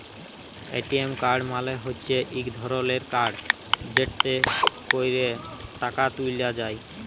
ATM card মালে হচ্যে ইক ধরলের কাড় যেটতে ক্যরে টাকা ত্যুলা যায়